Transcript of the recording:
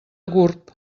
gurb